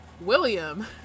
William